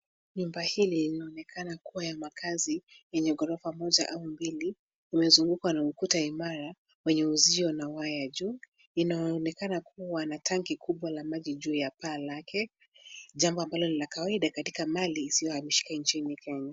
Nyumba hili linaonekana kuwa ya makazi yenye ghorofa moja au mbili. Umezungukwa na ukuta imara wenye uzio na waya juu. Inaonekana kuwa na tanki kubwa la maji juu ya paa lake, jambo ambalo ni la kawaida katika mali isiyohamishika nchini Kenya.